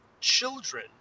children